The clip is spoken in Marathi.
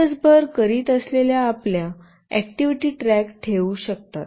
आपण दिवसभर करीत असलेल्या आपल्या ऍक्टिव्हिटी ट्रॅक ठेवू शकता